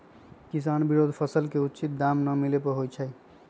किसान विरोध फसल के उचित दर न मिले पर होई छै